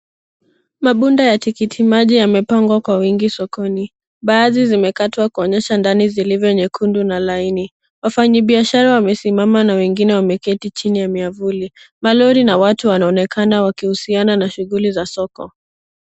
Mabunda ya tikiti maji yamepangwa kwa wingi sokoni, baadhi zimekatwa kuonyesha ndani ziivyo nyekundu na laini. Wafanyi biashara wamesimama na wengine wameketi chini ya miavuli. Malori na watu wanaonekana wakihusiana na shughuli za soko.